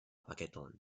paketon